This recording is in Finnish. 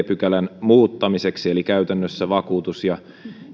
pykälän muuttamiseksi eli käytännössä vakuutus ja